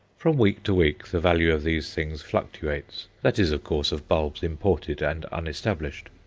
from week to week the value of these things fluctuates that is, of course, of bulbs imported and unestablished.